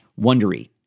wondery